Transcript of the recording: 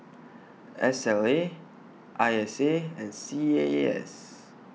S L A I S A and C A A S